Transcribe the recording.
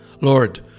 Lord